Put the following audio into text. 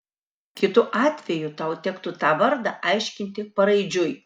kitu atveju tau tektų tą vardą aiškinti paraidžiui